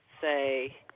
say